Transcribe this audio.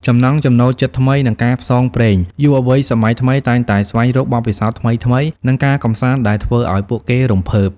ចំណង់ចំណូលចិត្តថ្មី និងការផ្សងព្រេង យុវវ័យសម័យថ្មីតែងតែស្វែងរកបទពិសោធន៍ថ្មីៗ និងការកម្សាន្តដែលធ្វើឱ្យពួកគេរំភើប។